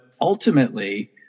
ultimately